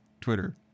Twitter